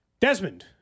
Desmond